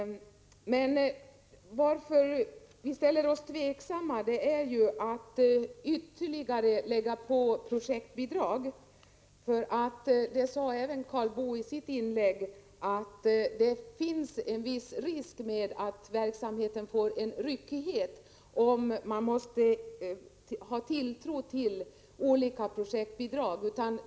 Vad vi ställer oss tveksamma till är att lägga på ytterligare projektbidrag — även Karl Boo sade i sitt inlägg att det finns en viss risk att verksamheten får en ryckighet om man måste lita till olika projektbidrag.